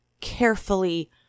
carefully